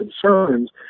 concerns